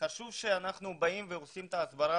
חשוב שאנחנו באים ועושים את ההסברה